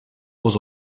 was